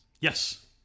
Yes